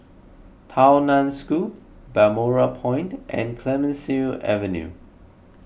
Tao Nan School Balmoral Point and Clemenceau Avenue